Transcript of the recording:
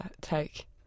take